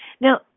Now